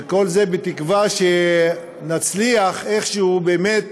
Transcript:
כל זה בתקווה שנצליח איכשהו באמת